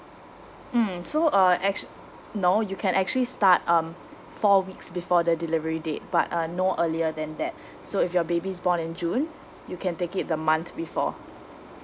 mm so uh actu~ no you can actually start um four weeks before the delivery date but uh no earlier than that so if your baby is born in june you can take it the month before